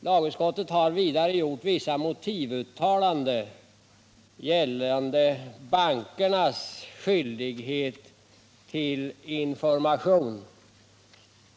Lagutskottet har vidare gjort vissa motivuttalanden gällande bankernas skyldighet att informera.